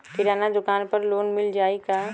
किराना दुकान पर लोन मिल जाई का?